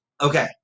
Okay